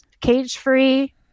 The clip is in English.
cage-free